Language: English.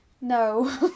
No